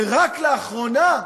ורק לאחרונה,